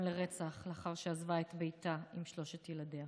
רצח לאחר שעזבה את ביתה עם שלושת ילדיה.